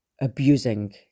abusing